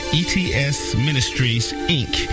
etsministriesinc